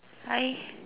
hi